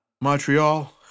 Montreal